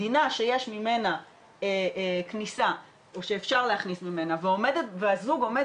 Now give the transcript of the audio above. מדינה שיש ממנה כניסה או שאפשר להכניס ממנה והזוג עומד